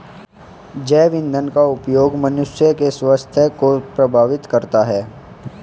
जैव ईंधन का उपयोग मनुष्य के स्वास्थ्य को प्रभावित करता है